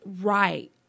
right